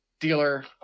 dealer